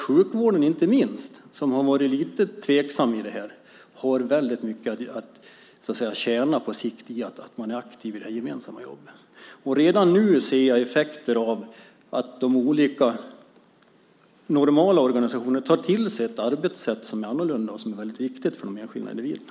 Sjukvården - som har varit lite tveksam i detta - har väldigt mycket att tjäna på sikt på att vara aktiv i det gemensamma jobbet. Redan nu ser jag effekterna av att de olika normala organisationerna tar till sig ett arbetssätt som är annorlunda och som är väldigt viktigt för de enskilda individerna.